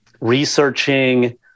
researching